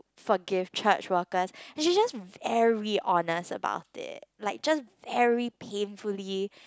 forgive church workers and she's just every honest about it like just very painfully